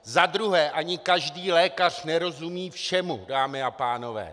Za druhé, ani každý lékař nerozumí všemu, dámy a pánové.